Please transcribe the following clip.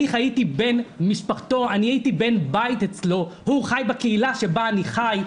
אני הייתי בן בית אצלו והוא חי בקהילה שבה אני חי.